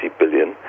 billion